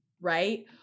right